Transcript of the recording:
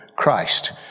Christ